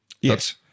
yes